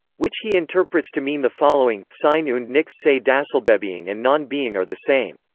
which he interprets to mean the following sein und nichts sei dasselbebeing and non-being are the same.